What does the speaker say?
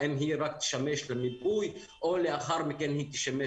האם היא רק תשמש למיפוי או לאחר מכן היא תשמש